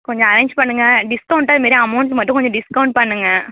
கொஞ்சம் அரேஞ்ச் பண்ணுங்க டிஸ்கௌண்ட்டாக இதுமாரி அமௌண்ட் மட்டும் கொஞ்சம் டிஸ்கௌண்ட் பண்ணுங்க